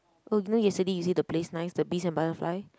oh you know yesterday you say the place nice the Beast and Butterfly